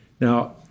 Now